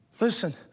Listen